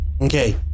Okay